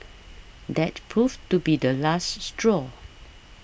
that proved to be the last straw